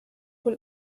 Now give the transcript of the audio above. wohl